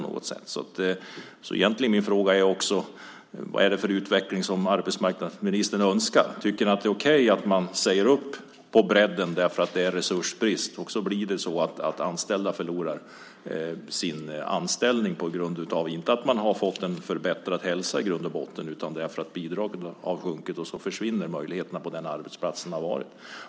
Därför vill jag också fråga: Vad är det för utveckling som arbetsmarknadsministern önskar? Tycker han att det är okej att man säger upp på bredden för att det är resursbrist? Då kommer anställda att förlora sina anställningar inte på grund av att de fått förbättrad hälsa utan därför att bidraget har sjunkit så att möjligheten att jobba kvar på den arbetsplats där man har varit försvinner.